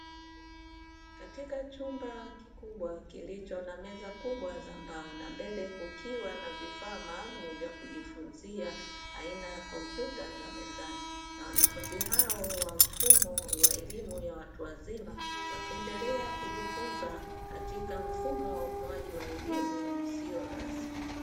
Katika chumba kikubwa kilicho na meza kubwa za mbao, na mbele kukiwa na vifaa maalumu vya kujifunza aina ya kompyuta za mezani; na wanafunzi hao wa mfumo wa elimu ya watu wazima wakiendelea kujifunza katika mfumo wa utoaji wa elimu usiyo rasmi.